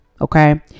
okay